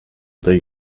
they